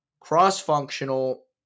cross-functional